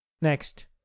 Next